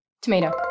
Tomato